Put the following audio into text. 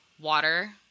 water